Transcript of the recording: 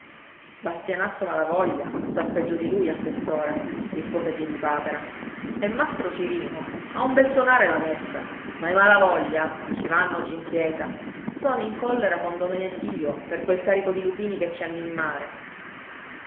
bastianazzo malavoglia sta peggio di lui a quest'ora rispose piedipapera e mastro cirino ha un bel suonare la messa ma i malavoglia non ci vanno oggi in chiesa sono in collera con domeneddio per quel carico di lupini che ci hanno in mare